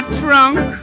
trunk